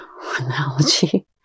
analogy